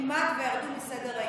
כמעט ירדו מסדר-היום.